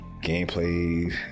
gameplay